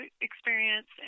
experience